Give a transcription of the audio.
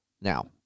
now